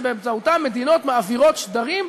שבאמצעותם מדינות מעבירות שדרים,